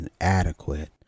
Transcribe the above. inadequate